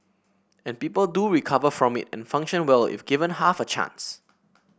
and people do recover from it and function well if given half a chance